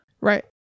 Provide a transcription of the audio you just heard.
Right